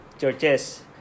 churches